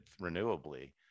renewably